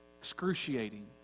Excruciating